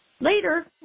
later